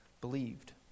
believed